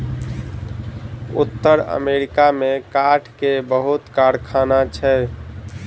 उत्तर अमेरिका में काठ के बहुत कारखाना छै